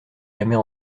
jamais